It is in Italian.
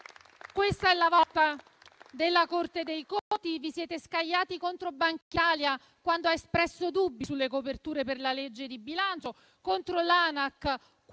Questa è la volta della Corte dei conti; in precedenza vi siete scagliati contro Bankitalia, quando ha espresso dubbi sulle coperture per la legge di bilancio, contro l'ANAC,